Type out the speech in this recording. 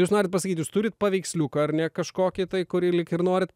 jūs norit pasakyt jūs turit paveiksliuką ar ne kažkokį tai kurį lyg ir norit